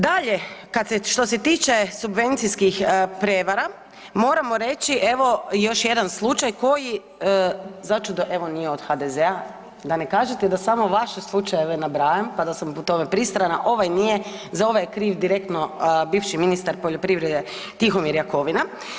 Dakle, što se tiče subvencijskih prevara, moramo reći evo, još jedan slučaj koji začudo evo nije od HDZ-a, da ne kažete da samo vaše slučajeve nabrajam pa da sam pa da sam po tome pristrana, ovaj nije, za ovaj je kriv direktno bivši ministar poljoprivrede Tihomir Jakovina.